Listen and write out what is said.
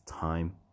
time